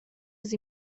sie